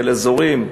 של אזורים.